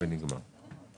ונחזור אליכם.